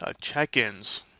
check-ins